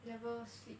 never sleep